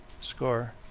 score